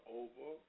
over